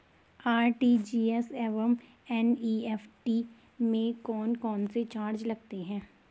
RTGS एवं NEFT में कौन कौनसे चार्ज लगते हैं?